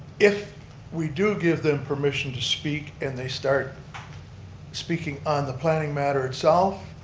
if we do give them permission to speak and they start speaking on the planning matter itself,